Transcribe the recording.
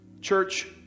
Church